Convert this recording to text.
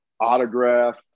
autograph